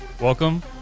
Welcome